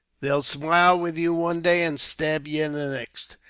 they'll smile with you one day, and stab ye the next.